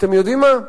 אתם יודעים מה,